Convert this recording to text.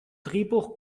drehbuch